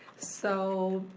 so,